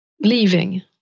leaving